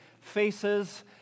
faces